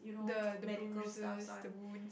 the the boozers the boo~